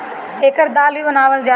एकर दाल भी बनावल जाला